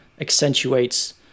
accentuates